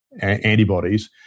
antibodies